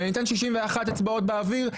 בהינתן 61 אצבעות באוויר,